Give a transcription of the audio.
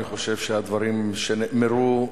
אני חושב שהדברים שנאמרו,